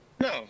No